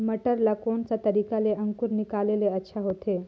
मटर ला कोन सा तरीका ले अंकुर निकाले ले अच्छा होथे?